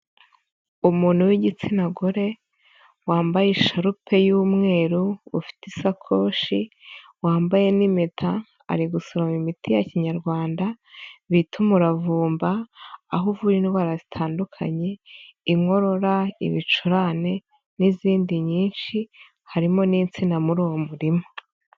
Umuntu w'igitsina gore, wambaye isharupe y'umweru, ufite isakoshi, wambaye n'impeta, ari gusuroma imiti ya kinyarwanda, bita umuravumba, aho uvura indwara zitandukanye, inkorora, ibicurane n'izindi nyinshi, harimo n'insina muri uwo murima.